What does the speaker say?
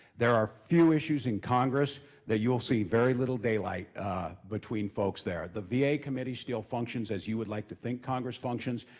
there are few issues in congress that you'll see very little daylight ah between folks there. the va committee still functions as you would like to think congress functions,